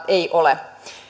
ei ole